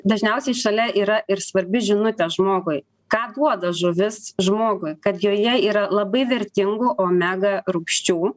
dažniausiai šalia yra ir svarbi žinutė žmogui ką duoda žuvis žmogui kad joje yra labai vertingų omega rūgščių